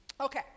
Okay